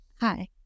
Hi